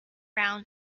brown